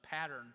pattern